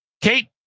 Kate